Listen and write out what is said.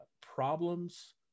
Problems